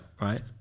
right